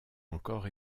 encore